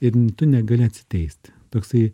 ir tu negali atsiteist toksai